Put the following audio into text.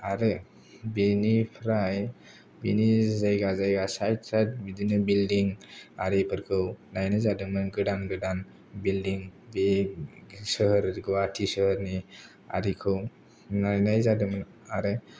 आरो बेनिफ्राय बिनि जायगा जायगा साइड साइड बिदिनो बिल्डिं आरिफोरखौ नायनाय जादोंमोन गोदान गोदान बिल्डिं बे सोहोर गुवाहाटि सोहोरनि आरिखौ नायनाय जादोमोन आरो